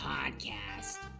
Podcast